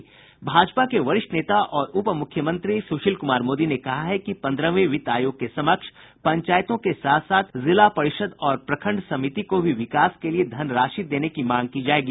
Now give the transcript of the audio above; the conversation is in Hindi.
भाजपा के वरिष्ठ नेता और उपमुख्यमंत्री सुशील कुमार मोदी ने कहा है कि पन्द्रहवें वित्त आयोग के समक्ष पंचायतों के साथ साथ जिला परिषद् और प्रखंड समिति को भी विकास के लिए राशि देने की मांग की जायेगी